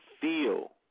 feel